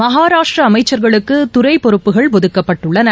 மகாராஷட்ரா அமைச்சர்களுக்கு துறை பொறுப்புகள் ஒதுக்கப்பட்டுள்ளன